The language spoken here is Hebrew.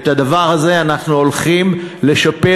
את הדבר הזה אנחנו הולכים לשפר,